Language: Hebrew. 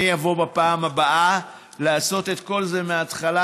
אני אבוא בפעם הבאה לעשות את כל זה מהתחלה.